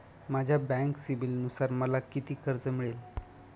माझ्या बँक सिबिलनुसार मला किती कर्ज मिळेल?